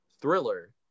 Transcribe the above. thriller